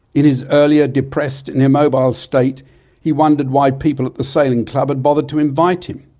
in his earlier depressed and immobile state he wondered why people at the sailing club had bothered to invite him.